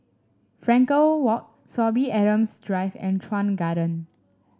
Frankel Walk Sorby Adams Drive and Chuan Garden